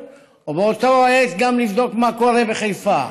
ובאותה העת גם לבדוק מה קורה בחיפה.